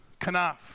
Kanaf